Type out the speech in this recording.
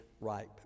ripe